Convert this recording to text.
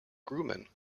grumman